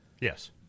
Yes